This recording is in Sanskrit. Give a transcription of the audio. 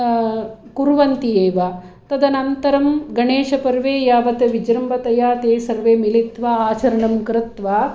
कुर्वन्ति एव तदनन्तरं गणेशपर्वे यावत् विजृम्बतया ते सर्वे मिलित्वा आचरणं कृत्वा